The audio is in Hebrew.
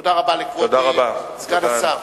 תודה רבה לכבוד סגן השר.